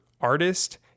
artist